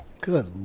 Good